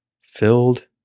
filled